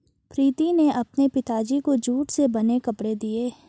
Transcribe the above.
प्रीति ने अपने पिताजी को जूट से बने कपड़े दिए